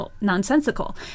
nonsensical